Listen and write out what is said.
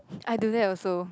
I do that also